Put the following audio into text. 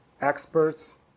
experts